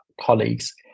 colleagues